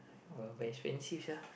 !wah! but expensive sia